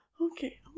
Okay